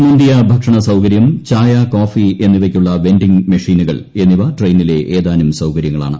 മുന്തിയ ഭക്ഷണ സൌകര്യം ചായ കോഫി എന്നിവയ്ക്കായുള്ള വെന്റിങ് മെഷിനുകൾ എന്നിവ ട്രെയിനിലെ ഏതാനും സൌകര്യങ്ങളാണ്